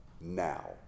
now